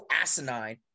asinine